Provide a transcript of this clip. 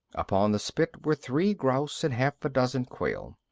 upon the spit were three grouse and half a dozen quail.